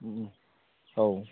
औ